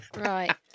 Right